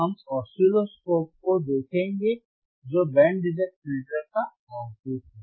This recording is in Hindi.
हम ऑसिलोस्कोप को देखेंगे जो बैंड रिजेक्ट फिल्टर का आउटपुट है